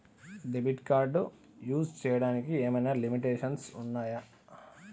Debit card use చేయడానికి ఏమైనా limitations ఉన్నాయా?